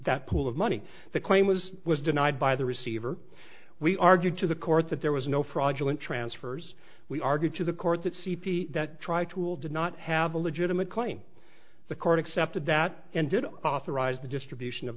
that pool of money the claim was was denied by the receiver we argued to the court that there was no fraudulent transfers we argued to the court that c p that try to will did not have a legitimate claim the court accepted that and did authorize the distribution of